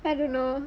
I don't know